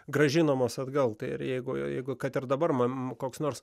grąžinamos atgal ir jeigu jeigu kad ar dabar mum koks nors